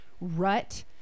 rut